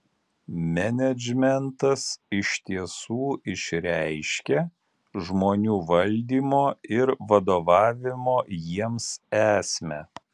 menedžmentas iš tiesų išreiškia žmonių valdymo ir vadovavimo jiems esmę